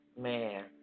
Man